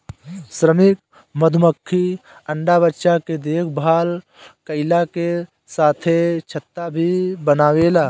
श्रमिक मधुमक्खी अंडा बच्चा के देखभाल कईला के साथे छत्ता भी बनावेले